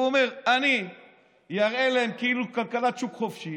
הוא אומר: אני אראה להם כאילו כלכלת שוק חופשי.